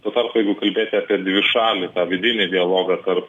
tuo tarpu jeigu kalbėti apie dvišalį vidinį dialogą tarp